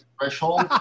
threshold